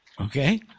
okay